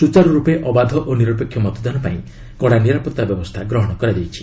ସୂଚାରୁ ରୂପେ ଅବାଧ ଓ ନିରପେକ୍ଷ ମତଦାନ ପାଇଁ କଡ଼ା ନିରାପତ୍ତା ବ୍ୟବସ୍ଥା ଗ୍ରହଣ କରାଯାଇଛି